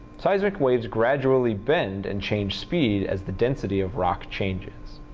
seismic waves gradually bend and change speed as the density of rock changes.